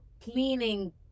cleaning